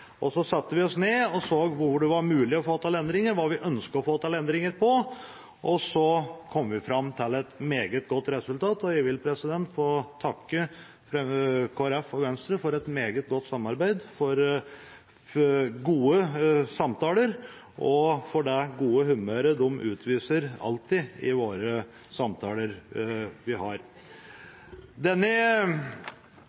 og så satte vi oss ned og så på hvor det var mulig å få til endringer, hva vi ønsket å få til endringer på, og så kom vi fram til et meget godt resultat. Og jeg vil få takke Kristelig Folkeparti og Venstre for et meget godt samarbeid, for gode samtaler og for det gode humøret de alltid utviser i de samtalene vi har.